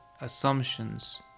assumptions